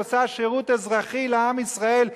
עושה שירות אזרחי לעם ישראל,